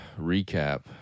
recap